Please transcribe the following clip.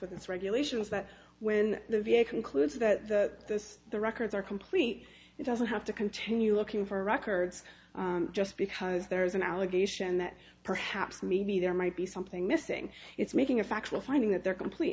with its regulations that when the v a concludes that this the records are complete it doesn't have to continue looking for records just because there is an allegation that perhaps maybe there might be something missing it's making a factual finding that they're complete